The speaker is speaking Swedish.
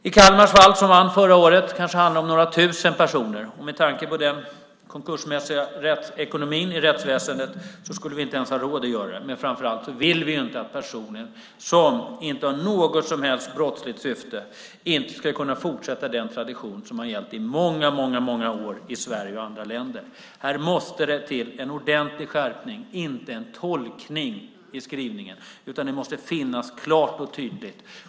I fallet med Kalmar, som vann förra året, kanske det handlade om några tusen personer. Med tanke på den konkursmässiga ekonomin i rättsväsendet skulle man inte ha råd att ta sig an alla dessa personer, men man vill förstås inte heller hindra personer som inte har något som helst brottsligt syfte från att fortsätta den tradition som har gällt i många, många år i Sverige och andra länder. Här måste det till en ordentlig skärpning - det ska inte vara en tolkning av skrivningen utan det måste stå klart och tydligt.